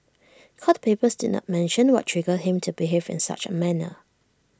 court papers did not mention what triggered him to behave in such A manner